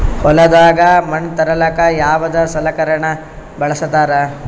ಹೊಲದಾಗ ಮಣ್ ತರಲಾಕ ಯಾವದ ಸಲಕರಣ ಬಳಸತಾರ?